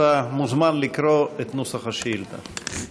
אתה מוזמן לקרוא את נוסח השאילתה.